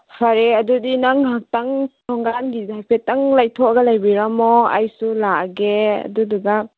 ꯐꯔꯦ ꯑꯗꯨꯗꯤ ꯅꯪ ꯉꯥꯏꯍꯥꯛꯇꯪ ꯊꯣꯉꯥꯟꯒꯤꯗ ꯍꯥꯏꯐꯦꯠꯇꯥꯡ ꯂꯩꯊꯣꯛꯑꯒ ꯂꯩꯕꯤꯔꯝꯃꯣ ꯑꯩꯁꯨ ꯂꯥꯛꯑꯒꯦ ꯑꯗꯨꯗꯨꯒ